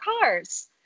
cars